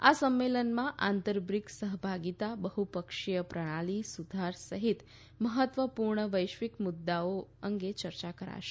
આ સંમેલનમાં આંતર બ્રિક્સ સહ્ભાગીતા બહ્પક્ષીય પ્રણાલી સુધાર સહિત મહત્વપૂર્ણ વૈશ્વિક મુદ્દાઓ અંગે ચર્ચા કરાશે